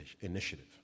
initiative